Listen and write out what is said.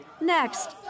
Next